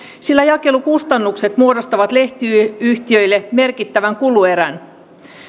sillä jakelukustannukset muodostavat lehtiyhtiöille merkittävän kuluerän